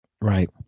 Right